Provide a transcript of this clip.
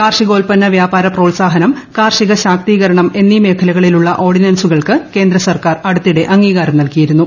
കാർഷികോല്പ്പന്ന വ്യാപാര പ്രോത്സാഹനം കാർഷിക ശാക്തീകരണം എന്നീ മേഖലകളിലുള്ള ഓർഡിൻസുകൾക്ക് കേന്ദ്ര സർക്കാർ അടുത്തിടെ അംഗീകാരം നൽകിയിരുന്നു